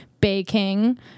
baking